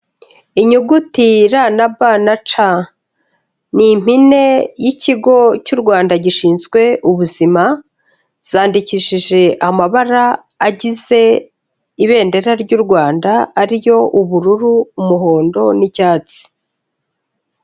Inyugutira r,na b, na c ni impine y'ikigo cy'u Rwanda gishinzwe ubuzima, zandikishije amabara agize ibendera ry'u Rwanda ariyo ubururu, umuhondo, n'icyatsi.